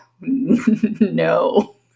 no